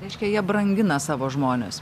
reiškia jie brangina savo žmones